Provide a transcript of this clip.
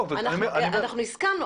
הסכמנו.